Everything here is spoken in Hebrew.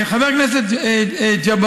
חבר הכנסת ג'בארין,